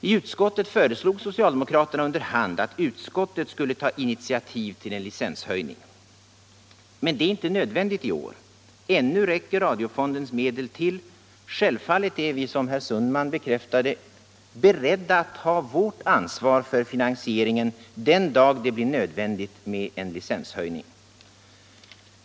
I utskottet föreslog socialdemokraterna under hand att utskottet skulle ta initiativ till en licenshöjning. Men det är inte nödvändigt i år. Ännu räcker radiofondens medel till. Självfallet är vi inom majoriteten, som herr Sundman bekräftade, beredda att ta vårt ansvar för finansieringen den dag det blir nödvändigt med en licenshöjning.